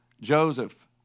Joseph